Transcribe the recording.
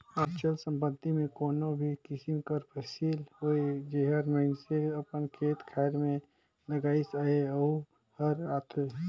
अचल संपत्ति में कोनो भी किसिम कर फसिल होए जेहर मइनसे अपन खेत खाएर में लगाइस अहे वहूँ हर आथे